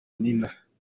nina